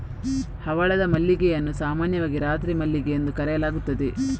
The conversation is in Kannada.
ಹವಳದ ಮಲ್ಲಿಗೆಯನ್ನು ಸಾಮಾನ್ಯವಾಗಿ ರಾತ್ರಿ ಮಲ್ಲಿಗೆ ಎಂದು ಕರೆಯಲಾಗುತ್ತದೆ